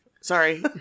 Sorry